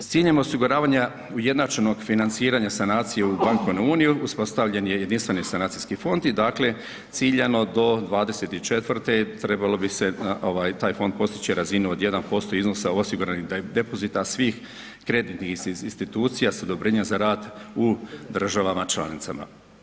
S ciljem osiguravanja ujednačenog financiranja sanacije u Bankovnu uniju, uspostavljen je Jedinstveni sanacijski fond i dakle, ciljano do 24. trebalo bi se taj fond postići razinu od 1% iznosa u osiguranih depozita svih kreditnih institucija s odobrenjem za rad u državama članicama.